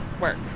work